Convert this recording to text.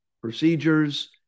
procedures